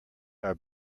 are